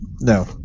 No